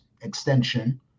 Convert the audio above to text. extension